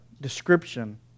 description